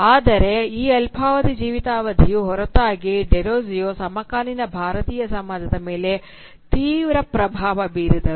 ಆದರೆ ಈ ಅಲ್ಪಾವಧಿ ಜೀವಿತಾವಧಿಯ ಹೊರತಾಗಿಯೂ ಡೆರೋಜಿಯೊ ಸಮಕಾಲೀನ ಭಾರತೀಯ ಸಮಾಜದ ಮೇಲೆ ತೀವ್ರ ಪ್ರಭಾವ ಬೀರಿದರು